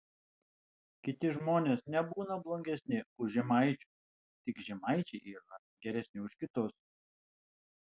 kiti žmonės nebūna blogesni už žemaičius tik žemaičiai yra geresni už kitus